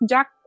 Jack